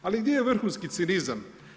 Ali gdje je vrhunski cinizam?